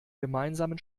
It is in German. gemeinsamen